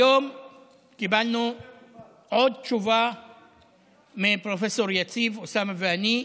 היום קיבלנו עוד תשובה מפרופ' יציב, אוסאמה ואני,